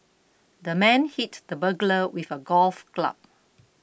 the man hit the burglar with a golf club